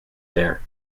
there